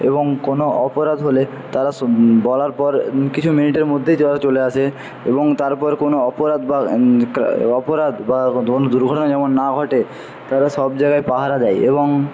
এবং কোনো অপরাধ হলে তারা বলার পর কিছু মিনিটের মধ্যেই তারা চলে আসে এবং তারপর কোনো অপরাধ বা অপরাধ বা কোনো দুর্ঘটনা যেমন না ঘটে তারা সব জায়গায় পাহারা দেয় এবং